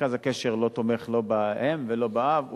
מרכז הקשר לא תומך לא באם ולא באב,